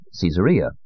Caesarea